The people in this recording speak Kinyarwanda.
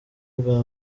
bwa